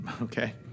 Okay